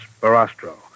Barastro